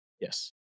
Yes